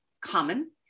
common